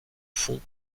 font